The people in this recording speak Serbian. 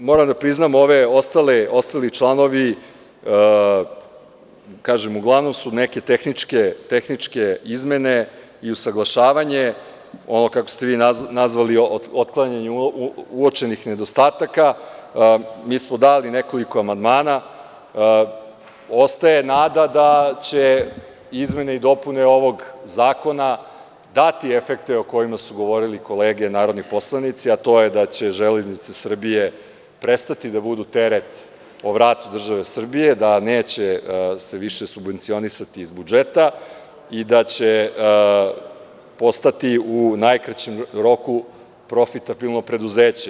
Ja moram da priznam, ovi ostali članovi, kažem, uglavnom su neke tehničke izmene i usaglašavanje, ono kako ste vi nazvali otklanjanje uočenih nedostataka, mi smo dali nekoliko amandmana, ostaje nada da će izmene i dopune ovog zakona dati efekte o kojima su govorili kolege narodni poslanici, a to je da će Železnice Srbije prestati da budu teret o vratu države Srbije, da neće se više subvencionisati iz budžeta i da će postati u najkraćem roku profitabilno preduzeće.